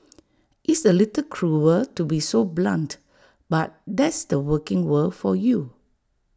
it's A little cruel to be so blunt but that's the working world for you